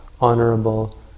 honorable